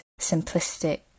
simplistic